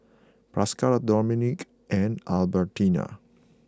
Pascal Dominique and Albertina